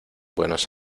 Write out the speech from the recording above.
buenos